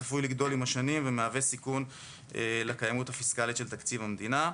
צפוי לגדול עם השנים ומהווה סיכון לקיימות הפיסקלית של תקציב המדינה.